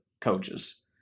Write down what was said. coaches